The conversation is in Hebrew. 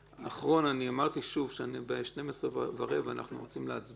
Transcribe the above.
אמרתי שב-12:15 אנחנו מצביעים,